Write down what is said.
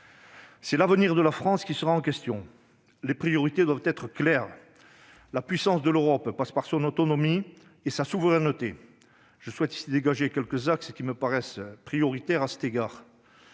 C'est l'avenir de l'Europe qui sera en question. Les priorités doivent être claires. La puissance de l'Europe passe par son autonomie et sa souveraineté. Je souhaite ici dégager quelques axes qui me paraissent prioritaires à cet égard.